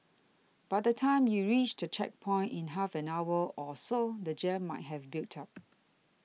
by the time you reach the checkpoint in half an hour or so the jam might have built up